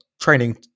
training